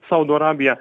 saudo arabija